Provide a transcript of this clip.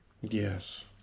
Yes